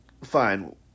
fine